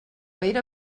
era